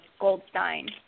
Goldstein